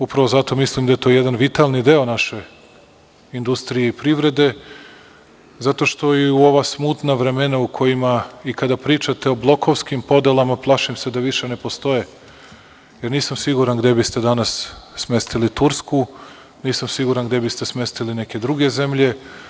Upravo zato mislim da je to jedan vitalni deo naše industrije i privrede zato što i u ova smutna vremena u kojima i kada pričate o blokovskim podelama, plašim se da više ne postoje jer nisam siguran gde biste danas smestili Tursku, nisam siguran gde biste smestili neke druge zemlje.